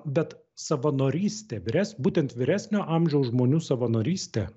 bet savanorystė vyres būtent vyresnio amžiaus žmonių savanorystė